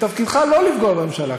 ותפקידך לא לפגוע בממשלה.